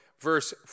Verse